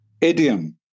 idiom